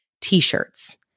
t-shirts